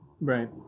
Right